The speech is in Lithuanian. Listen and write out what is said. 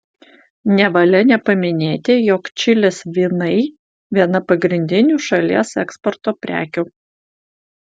nevalia nepaminėti jog čilės vynai viena pagrindinių šalies eksporto prekių